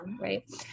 right